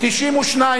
התשע"ב 2011, נתקבל.